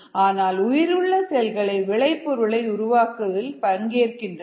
ஆனால் உயிருள்ள செல்களே விளைபொருள் உருவாக்குவதில் பங்கேற்கின்றன